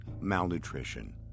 malnutrition